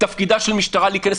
תפקידה של המשטרה להיכנס,